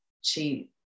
she-